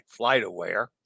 FlightAware